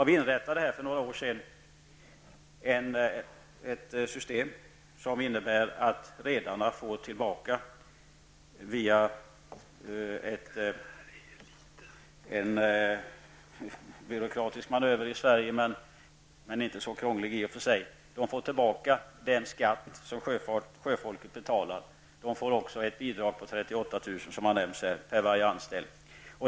Vi inrättade för några år sedan ett system som innebär att redarna via en byråkratisk manöver i Sverige -- men inte så krånglig i och för sig -- får tillbaka den skatt som sjöfolket betalar. De får också, som har nämnts här, ett bidrag på 38 000 kr. för varje anställd.